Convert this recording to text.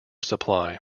supply